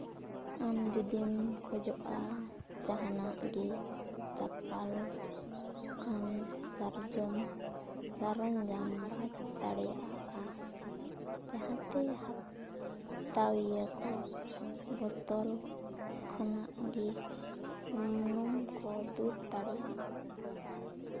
ᱟᱢ ᱡᱩᱫᱤᱢ ᱠᱷᱚᱡᱚᱜᱼᱟ ᱡᱟᱦᱟᱸ ᱱᱟᱜ ᱜᱮ ᱪᱟᱯᱟᱞᱚᱜ ᱠᱟᱱ ᱥᱟᱨᱡᱚᱢ ᱥᱚᱨᱚᱧᱡᱟᱢ ᱵᱟᱫ ᱫᱟᱲᱮᱭᱟᱜᱼᱟ ᱡᱟᱦᱟᱸᱛᱮ ᱦᱟᱛᱟᱣᱤᱭᱟᱹ ᱠᱚ ᱵᱚᱛᱚᱞ ᱠᱷᱚᱱᱟᱜ ᱜᱮ ᱥᱩᱱᱩᱢ ᱠᱚ ᱫᱩᱞ ᱫᱟᱲᱮᱭᱟᱢᱟ